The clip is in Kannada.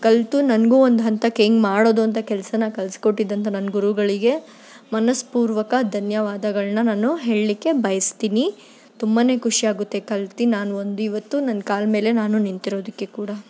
ಕಲಿತು ನನಗೂ ಒಂದು ಹಂತಕ್ಕೆ ಹೆಂಗೆ ಮಾಡೋದು ಅಂತ ಕೆಲಸನ ಕಲಿಸ್ಕೊಟ್ಟಿದ್ದಂಥ ನನ್ನ ಗುರುಗಳಿಗೆ ಮನಃಪೂರ್ವಕ ಧನ್ಯವಾದಗಳನ್ನ ನಾನು ಹೇಳಲಿಕ್ಕೆ ಬಯಸ್ತೀನಿ ತುಂಬ ಖುಷಿ ಆಗುತ್ತೆ ಕಲ್ತು ನಾನು ಒಂದು ಇವತ್ತು ನನ್ನ ಕಾಲ ಮೇಲೆ ನಾನು ನಿಂತಿರೋದಕ್ಕೆ ಕೂಡ